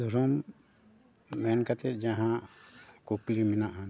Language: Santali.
ᱫᱷᱚᱨᱚᱢ ᱢᱮᱱ ᱠᱟᱛᱮᱫ ᱡᱟᱦᱟᱸ ᱠᱩᱠᱞᱤ ᱢᱮᱱᱟᱜ ᱟ